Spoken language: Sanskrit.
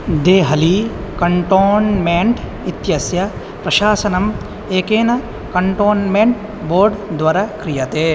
देहली कण्टोन्मेण्ट् इत्यस्य प्रशासनम् एकेन कण्टोन्मेण्ट् बोर्ड् द्वारा क्रियते